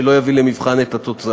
שלא יביא למבחן את התוצאה.